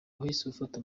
mudasobwa